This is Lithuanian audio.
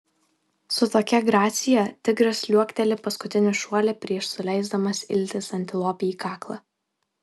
su tokia gracija tigras liuokteli paskutinį šuolį prieš suleisdamas iltis antilopei į kaklą